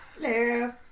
Hello